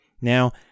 Now